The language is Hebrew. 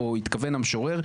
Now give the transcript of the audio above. או התכוון המשורר,